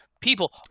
people